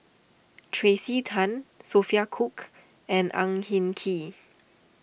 Tracey Tan Sophia Cooke and Ang Hin Kee